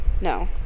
No